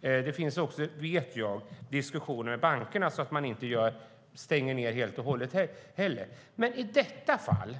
Jag vet att det också finns diskussioner i bankerna så att de inte heller stänger ned helt och hållet. Men i detta fall